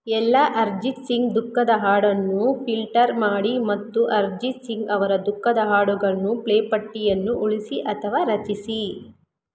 ಎಲ್ಲ ಅರ್ಜಿತ್ ಸಿಂಗ್ ದುಃಖದ ಹಾಡನ್ನು ಫಿಲ್ಟರ್ ಮಾಡಿ ಮತ್ತು ಅರ್ಜಿತ್ ಸಿಂಗ್ ಅವರ ದುಃಖದ ಹಾಡುಗಳನ್ನು ಪ್ಲೇ ಪಟ್ಟಿಯನ್ನು ಉಳಿಸಿ ಅಥವಾ ರಚಿಸಿ